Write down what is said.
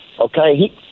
okay